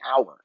hour